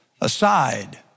aside